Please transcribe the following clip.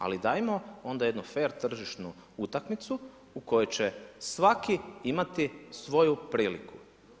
Ali dajmo onda jednu fer tržišnu utakmicu u kojoj će svaki imati svoju priliku.